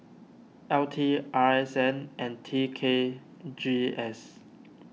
L T R S N and T K G S